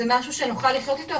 זה משהו שנוכל לחיות אתו.